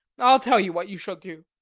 i'll tell you what you shall do.